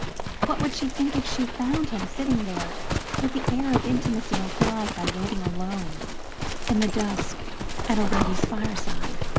what would she think if she found him sitting there with the air of intimacy implied by waiting alone in the dusk at a lady's fireside?